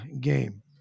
game